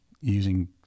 using